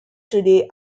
today